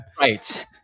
Right